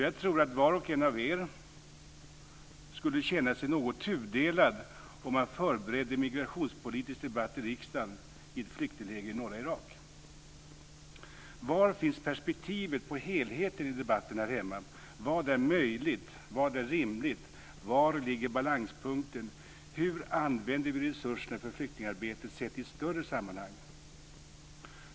Jag tror att var och en av er skulle känna sig något tudelad om ni förberedde en migrationspolitisk debatt i riksdagen i ett flyktingsläger i norra Irak. Var finns perspektivet på helheten i debatten här hemma? Vad är möjligt? Vad är rimligt? Var ligger balanspunkten? Hur använder vi resurserna för flyktingarbetet sett i ett större sammanhang?